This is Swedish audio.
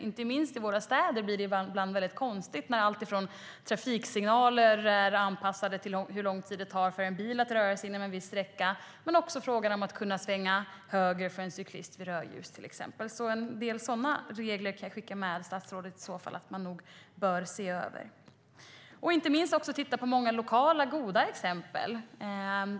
Inte minst i våra städer blir det ibland väldigt konstigt: Trafiksignaler är anpassade till hur lång tid det tar för en bil att röra sig en viss sträcka, och sedan har vi frågan om att cyklister ska kunna svänga höger vid rödljus, till exempel. En del sådana regler kan jag skicka med statsrådet att man bör se över. Man ska inte minst titta på många lokala goda exempel.